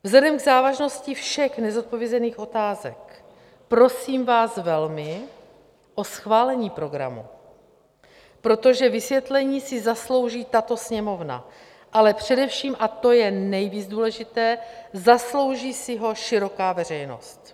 Vzhledem k závažnosti všech nezodpovězených otázek prosím vás velmi o schválení programu, protože vysvětlení si zaslouží tato Sněmovna, ale především, a to je nejvíc důležité, zaslouží si ho široká veřejnost.